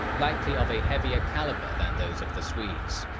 likely of a heavier caliber than those of the swedes.